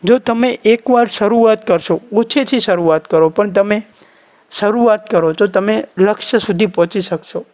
જો તમે એક વાર શરૂઆત કરશો ઓછેથી કરો પણ તમે શરૂઆત કરો તો તમે લક્ષ્ય સુધી પહોંચી શકશો